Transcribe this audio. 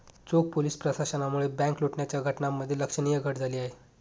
चोख पोलीस प्रशासनामुळे बँक लुटण्याच्या घटनांमध्ये लक्षणीय घट झाली आहे